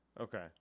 Okay